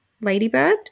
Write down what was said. Ladybird